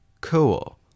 Cool